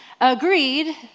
agreed